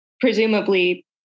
presumably